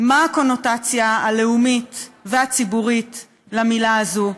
מה הקונוטציה הלאומית והציבורית של המילה הזאת.